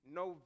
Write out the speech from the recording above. no